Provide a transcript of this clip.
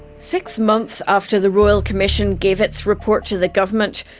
six months after the royal commission gave its report to the government,